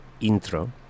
intro